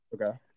Okay